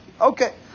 Okay